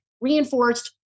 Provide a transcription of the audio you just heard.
reinforced